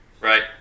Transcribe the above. Right